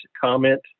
comment